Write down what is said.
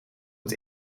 het